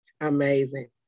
amazing